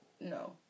No